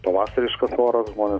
pavasariškas oras žmonės